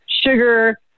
sugar